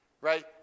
Right